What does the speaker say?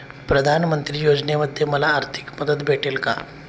प्रधानमंत्री योजनेमध्ये मला आर्थिक मदत भेटेल का?